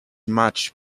much